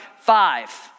five